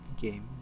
game